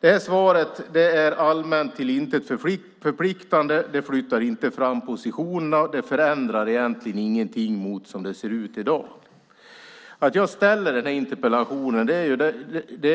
Det här svaret är allmänt och till intet förpliktande. Det flyttar inte fram positionerna. Det förändrar egentligen ingenting i förhållande till hur det ser ut i dag. Jag ställer den här interpellationen.